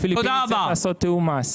הפיליפיני צריך לעשות תיאום מס.